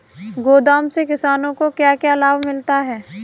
गोदाम से किसानों को क्या क्या लाभ मिलता है?